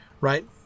Right